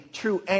true